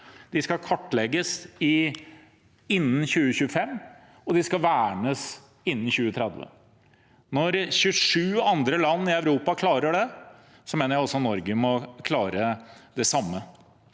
De skal kartlegges innen 2025, og de skal vernes innen 2030. Når 27 andre land i Europa klarer det, mener jeg at også Norge må klare det samme.